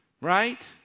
right